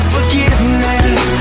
Forgiveness